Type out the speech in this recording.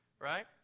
right